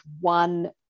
one